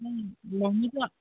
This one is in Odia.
ବନିତା